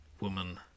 woman